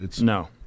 No